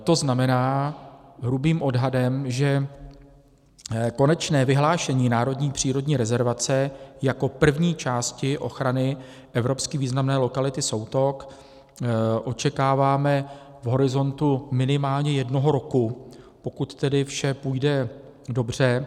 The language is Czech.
To znamená, hrubým odhadem, že konečné vyhlášení národní přírodní rezervace jako první části ochrany evropsky významné lokality Soutok očekáváme v horizontu minimálně jednoho roku, pokud vše půjde dobře.